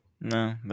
No